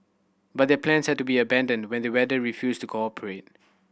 but their plans had to be abandoned when the weather refused to cooperate